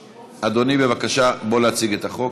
אדוני, בבקשה, בוא להציג את החוק.